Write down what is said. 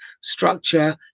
structure